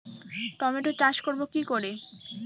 Tomato চাষ করব কি করে?